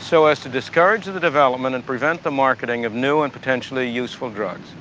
so as to discourage the development, and prevent the marketing of new and potentially useful drugs.